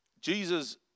Jesus